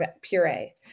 puree